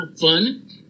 fun